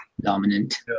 dominant